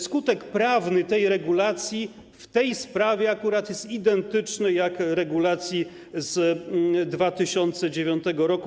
Skutek prawny tej regulacji w tej sprawie akurat jest identyczny jak regulacji z 2009 r.